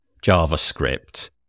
JavaScript